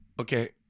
Okay